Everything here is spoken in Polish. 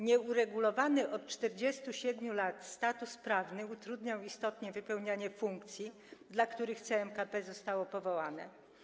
Nieuregulowany od 47 lat status prawny utrudniał istotnie wypełnianie funkcji, dla których CMKP zostało powołane.